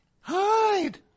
Hide